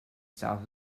south